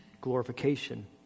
glorification